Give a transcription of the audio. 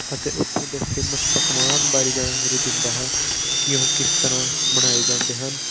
ਅਤੇ ਉੱਥੋਂ ਦੇ ਫੇਮਸ ਪਕਵਾਨ ਬਾਰੇ ਜਾਣਕਾਰੀ ਦਿੰਦਾ ਹੈ ਕਿ ਉਹ ਕਿਸ ਤਰ੍ਹਾਂ ਬਣਾਏ ਜਾਂਦੇ ਹਨ